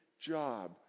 job